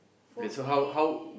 wait so how how